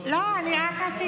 אני אשמח.